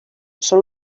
són